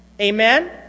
Amen